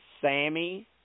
Sammy